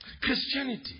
Christianity